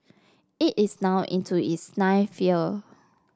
it is now into its ninth year